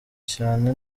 cyane